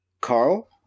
Carl